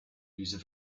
use